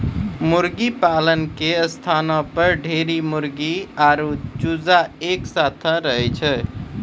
मुर्गीपालन के स्थानो पर ढेरी मुर्गी आरु चूजा एक साथै रहै छै